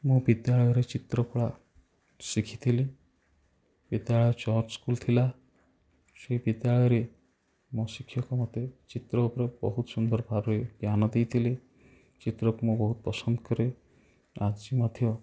ମୁଁ ବିଦ୍ୟାଳୟରେ ଚିତ୍ରକଳା ଶିଖିଥିଲି ବିଦ୍ୟାଳୟ ଚର୍ଚ୍ଚ୍ ସ୍କୁଲ୍ ଥିଲା ସେ ବିଦ୍ୟାଳୟରେ ମୋ ଶିକ୍ଷକ ମୋତେ ଚିତ୍ର ଉପରେ ବହୁତ ସୁନ୍ଦର ଭାବରେ ଜ୍ଞାନ ଦେଇଥିଲେ ଚିତ୍ରକୁ ମୁଁ ବହୁତ ପସନ୍ଦ କରେ ଆଜି ମଧ୍ୟ